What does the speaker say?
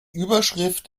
überschrift